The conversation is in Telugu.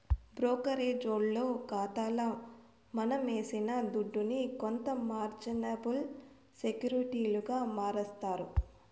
బ్రోకరేజోల్లు కాతాల మనమేసిన దుడ్డుని కొంత మార్జినబుల్ సెక్యూరిటీలుగా మారస్తారు